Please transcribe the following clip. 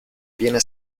viene